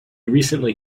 recently